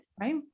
Right